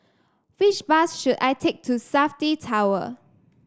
which bus should I take to Safti Tower